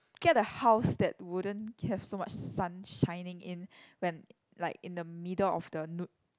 get a house that wouldn't have so much sun shining in when like in the middle of the no~